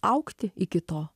augti iki to